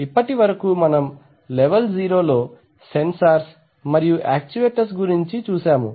ఇప్పటివరకు మనం లెవెల్ 0 లో సెన్సార్స్ మరియు యాక్చువేటర్స్ గురించి చూసాము